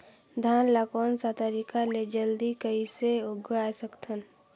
धान ला कोन सा तरीका ले जल्दी कइसे उगाय सकथन?